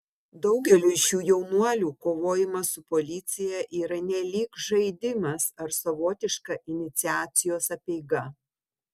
daugeliui šių jaunuolių kovojimas su policija yra nelyg žaidimas ar savotiška iniciacijos apeiga